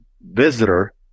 visitor